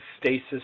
stasis